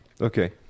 Okay